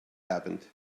happened